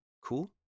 cool